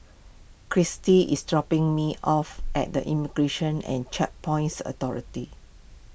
Christie is dropping me off at the Immigration and Checkpoints Authority